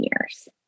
years